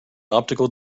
optical